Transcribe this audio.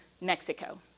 Mexico